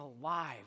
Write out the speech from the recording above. alive